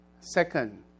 Second